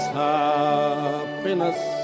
happiness